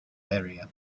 area